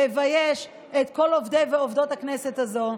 מבייש את כל עובדי ועובדות הכנסת הזאת.